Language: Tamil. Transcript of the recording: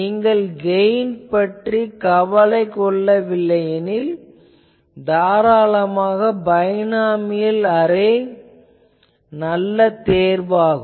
நீங்கள் கெயின் பற்றி கவலைப்படவில்லையெனில் தாராளமாக பைனாமியல் அரே நல்ல தேர்வு ஆகும்